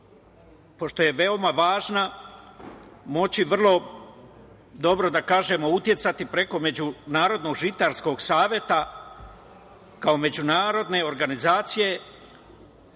pošto je veoma važna, moći vrlo dobro da kažemo uticati preko Međunarodnog žitarskog saveta, kao međunarodne organizacije,